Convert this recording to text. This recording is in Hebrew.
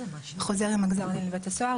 חוזר עם גזר הדין לבית הסוהר,